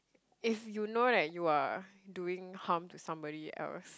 if you know that you are doing harm to somebody else